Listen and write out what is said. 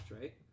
right